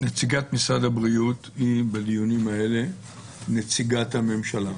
נציגת משרד הבריאות היא בדיונים האלה נציגת הממשלה,